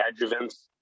adjuvants